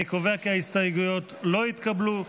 אני קובע כי ההסתייגויות לא התקבלו.